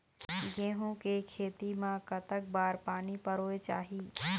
गेहूं के खेती मा कतक बार पानी परोए चाही?